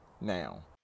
now